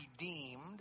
redeemed